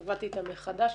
קבעתי איתה מחדש.